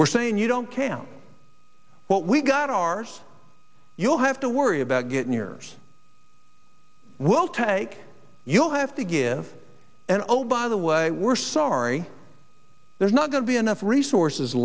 were saying you don't count what we got ours you'll have to worry about getting yours we'll take you'll have to give and oh by the way we're sorry there's not going to be enough resources